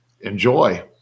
enjoy